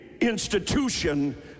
institution